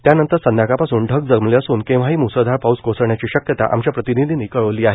त्यानंतर संध्याकाळपासून ढग जमले असून केव्हाही म्सळधार पाऊस कोसळण्याची शक्यता आमच्या प्रतिनिधीनि कळवली आहे